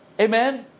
Amen